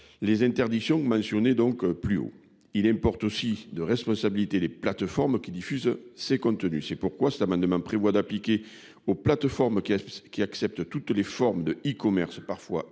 les interdictions mentionnées plus haut. Il importe de responsabiliser les plateformes qui diffusent ces contenus. C'est pourquoi cet amendement prévoit d'appliquer aux plateformes qui acceptent toutes les formes de e-commerce, parfois illicite,